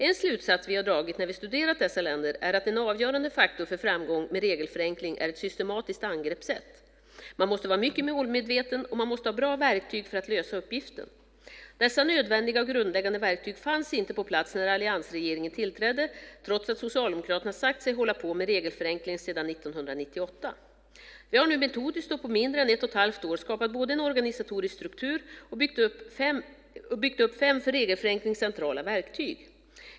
En slutsats vi har dragit när vi studerat dessa länder är att en avgörande faktor för framgång med regelförenkling är ett systematiskt angreppssätt. Man måste vara mycket målmedveten, och man måste ha bra verktyg för att lösa uppgiften. Dessa nödvändiga och grundläggande verktyg fanns inte på plats när alliansregeringen tillträdde, trots att Socialdemokraterna sagt sig hålla på med regelförenkling sedan 1998. Vi har nu metodiskt och på mindre än ett och ett halvt år både skapat en organisatorisk struktur och byggt upp fem för regelförenkling centrala verktyg.